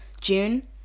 June